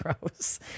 gross